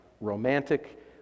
romantic